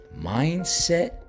Mindset